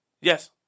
Yes